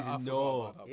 no